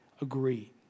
agree